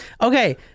Okay